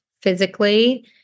physically